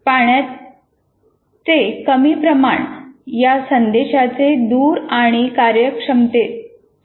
पाण्याची कमी प्रमाण या संदेशाचे दर आणि कार्यक्षमता कमी करू शकते